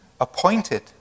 appointed